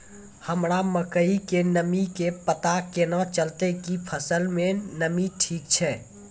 हमरा मकई के नमी के पता केना चलतै कि फसल मे नमी ठीक छै?